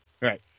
right